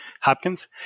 Hopkins